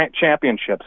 championships